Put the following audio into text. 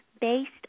based